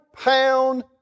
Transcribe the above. pound